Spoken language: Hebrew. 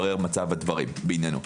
מצב הדברים בעניינו.